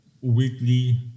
weekly